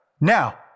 Now